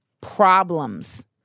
problems